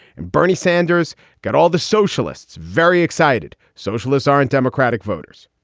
and bernie sanders got all the socialists very excited. socialists aren't democratic voters.